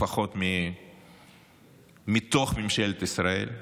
לפחות לא מתוך ממשלת ישראל.